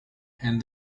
and